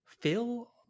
Phil